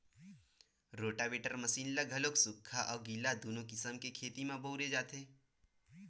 rotavator machine ल घलो सुख्खा अउ गिल्ला दूनो किसम के खेत म बउरे जाथे